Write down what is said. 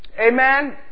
Amen